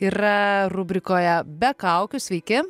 yra rubrikoje be kaukių sveiki